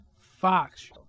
Fox